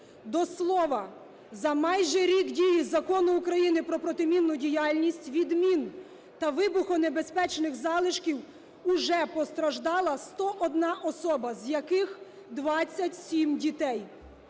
До слова, за майже рік дії Закону України про протимінну діяльність від мін та вибухонебезпечних залишків уже постраждала 101 особа, з яких 27 дітей.